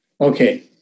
Okay